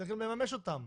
צריך גם לממש אותן,